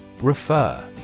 Refer